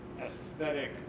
aesthetic